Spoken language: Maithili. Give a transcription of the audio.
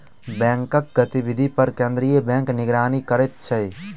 बैंकक गतिविधि पर केंद्रीय बैंक निगरानी करै छै